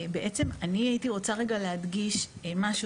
בעצם, אני הייתי רוצה רגע להדגיש משהו.